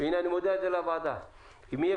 הינה אני מודיע את זה לוועדה: אם יהיה